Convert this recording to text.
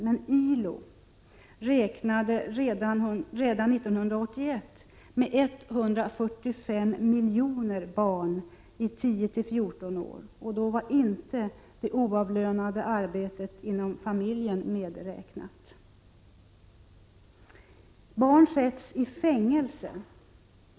Men ILO räknade redan 1981 med 145 miljoner arbetande barn i 10-14 års ålder, och då var inte det oavlönade arbetet inom familjen medräknat. Barn sätts i fängelse.